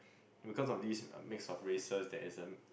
because of this uh mix of races there isn't